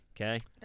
Okay